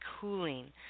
cooling